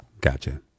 Gotcha